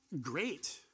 great